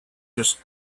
just